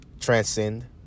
transcend